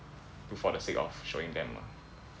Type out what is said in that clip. do for the sake of showing them lah